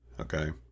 Okay